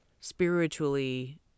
spiritually